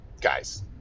guys